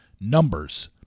numbers